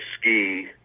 ski